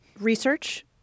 research